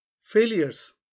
failures